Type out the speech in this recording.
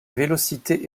vélocité